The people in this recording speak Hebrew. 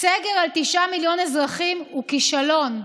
סגר על תשעה מיליון אזרחים הוא כישלון,